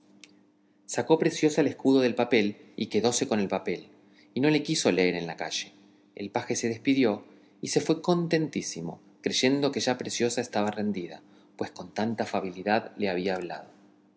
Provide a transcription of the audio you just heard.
sacó preciosa el escudo del papel y quedóse con el papel y no le quiso leer en la calle el paje se despidió y se fue contentísimo creyendo que ya preciosa quedaba rendida pues con tanta afabilidad le había hablado